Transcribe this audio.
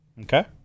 Okay